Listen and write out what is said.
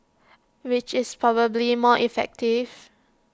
which is probably more effective